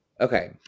Okay